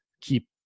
keep